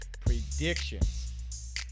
predictions